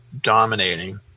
dominating